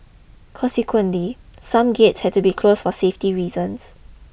consequently some gates had to be closed for safety reasons